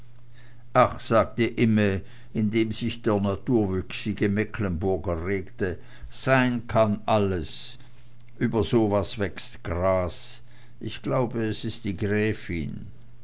ach sagte imme in dem sich der naturwüchsige mecklenburger regte sein kann alles über so was wächst gras ich glaube es is die gräfin